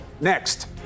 next